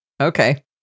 Okay